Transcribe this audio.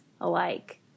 alike